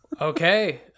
okay